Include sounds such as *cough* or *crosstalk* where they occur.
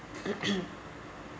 *coughs*